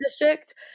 District